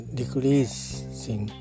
decreasing